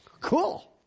Cool